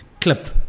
clip